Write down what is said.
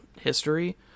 history